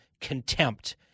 contempt